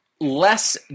Less